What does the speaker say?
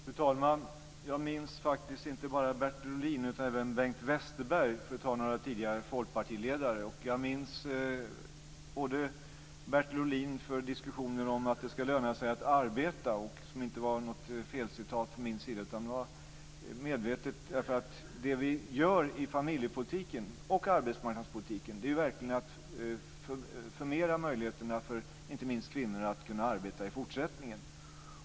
Fru talman! Jag minns faktiskt inte bara Bertil Ohlin utan även Bengt Westerberg, för att ta några tidigare folkpartiledare. Jag minns Bertil Ohlin för diskussionen om att det ska löna sig att arbeta. Det var inte något felcitat från min sida, utan det var medvetet. Det vi gör i familjepolitiken och i arbetsmarknadspolitiken är verkligen att förmera möjligheterna för inte minst kvinnorna att kunna arbeta i fortsättningen.